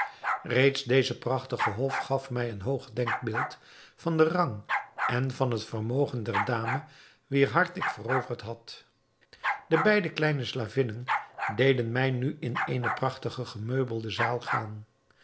reeds deze prachtige hof gaf mij een hoog denkbeeld van den rang en van het vermogen der dame wier hart ik veroverd had de beide kleine slavinnen deden mij nu in eene prachtig gemeubelde zaal gaan